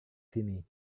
sini